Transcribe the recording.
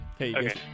Okay